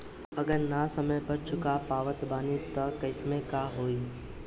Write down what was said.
अगर ना समय पर चुका पावत बानी तब के केसमे का होई?